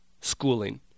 schooling